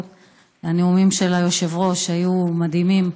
והנאומים של היושב-ראש היו מדהימים.